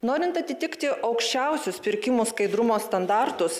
norint atitikti aukščiausius pirkimų skaidrumo standartus